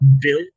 Bill